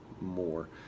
more